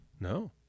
No